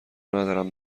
ندارم